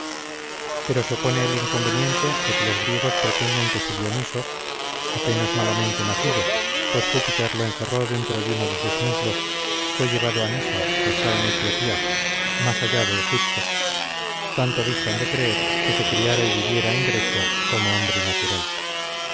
pero se opone el inconveniente de que los griegos pretenden que su dioniso apenas malamente nacido pues júpiter lo encerró dentro de uno de sus muslos fue llevado a nisa que está en etiopía más allá de egipto tanto distan de creer que se criara y viviera en grecia como hombre natural